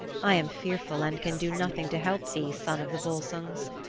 i am fearful and can do nothing to help thee, son of the volsungs,